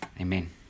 Amen